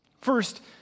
First